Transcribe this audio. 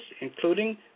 including